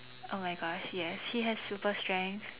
oh my god yes he has super strength